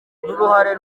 n’uruhare